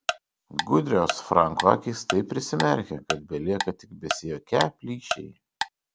gudrios franko akys taip prisimerkia kad belieka tik besijuokią plyšiai